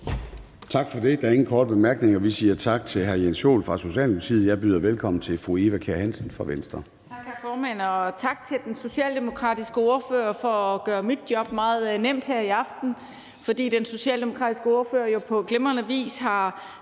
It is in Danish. Tak for det. Der er ingen korte bemærkninger. Vi siger tak til hr. Jens Joel fra Socialdemokratiet, og jeg byder velkommen til fru Eva Kjer Hansen fra Venstre. Kl. 22:26 (Ordfører) Eva Kjer Hansen (V): Tak, hr. formand, og tak til den socialdemokratiske ordfører for at gøre mit job meget nemt her i aften, fordi den socialdemokratiske ordfører jo på glimrende vis har